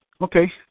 Okay